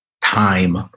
time